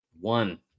One